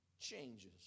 changes